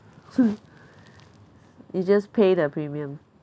so you you just pay the premium